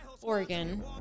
Oregon